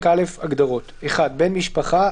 'בן משפחה'